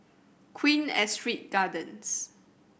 Queen Astrid Gardens